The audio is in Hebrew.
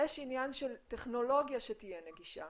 יש עניין של טכנולוגיה שתהיה נגישה.